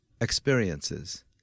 experiences